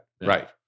right